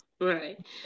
Right